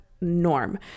norm